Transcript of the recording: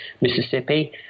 Mississippi